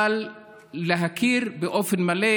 אבל להכיר באופן מלא,